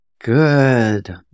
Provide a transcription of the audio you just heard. Good